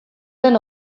den